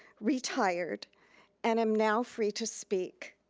retired and am now free to speak.